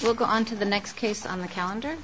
will go on to the next case on the calendar